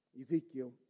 Ezekiel